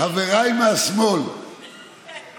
חבריי מהשמאל אנחנו פה.